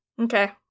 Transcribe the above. Okay